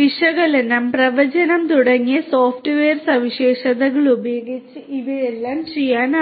വിശകലനം പ്രവചനം തുടങ്ങിയ സോഫ്റ്റ്വെയർ സവിശേഷതകളും ഉപയോഗിച്ച് ഇവയെല്ലാം ചെയ്യാനാകും